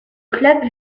club